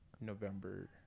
November